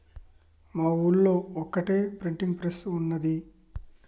మా ఊళ్లో ఒక్కటే ప్రింటింగ్ ప్రెస్ ఉన్నది